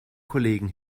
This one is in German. kollegen